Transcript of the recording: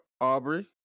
Aubrey